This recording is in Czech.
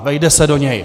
Vejde se do něj.